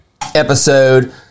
episode